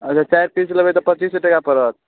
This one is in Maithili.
अच्छा चारि पीस लेबै तऽ पच्चीस सए टका पड़त